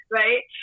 right